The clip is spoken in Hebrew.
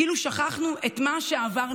כאילו שכחנו את מה שעברנו.